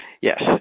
Yes